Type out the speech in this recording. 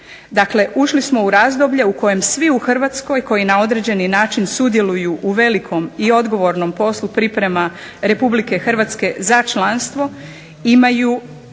Dakle ušli smo u razdoblje u kojem svi u Hrvatskoj, koji na određeni način sudjeluju u velikom i odgovornom poslu priprema Republike Hrvatske za članstvo, imaju